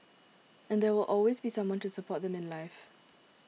and there will always be someone to support them in life